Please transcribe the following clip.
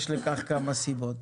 יש לכך כמה סיבות.